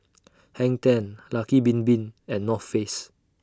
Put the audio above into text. Hang ten Lucky Bin Bin and North Face